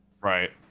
Right